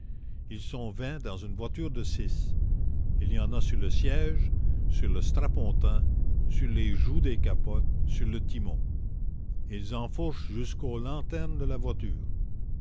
ils sont vingt dans une voiture de six il y en a sur le siège sur le strapontin sur les joues des capotes sur le timon ils enfourchent jusqu'aux lanternes de la voiture